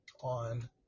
on